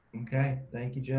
okay thank you